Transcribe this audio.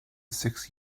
six